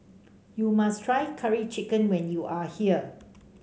you must try Curry Chicken when you are here